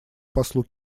послу